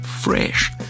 Fresh